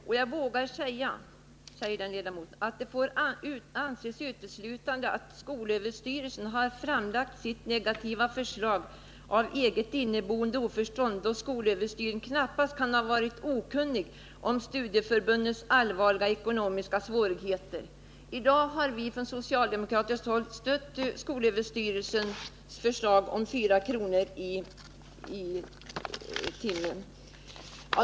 Och jag vågar säga att det får anses uteslutet att skolöverstyrelsen har framlagt sitt negativa förslag av eget inneboende oförstånd, då skolöverstyrelsen knappast kan ha varit okunnig om studieförbundens allvarliga ekonomiska svårigheter.” I dag har vi från socialdemokratiskt håll stött skolöverstyrelsens förslag om 4 kr. i timmen.